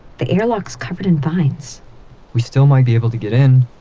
the airlock is covered in vines we still might be able to get in